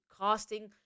casting